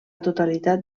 totalitat